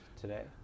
today